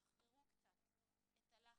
תשחררו קצת את הלחץ,